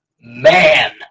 man